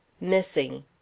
missing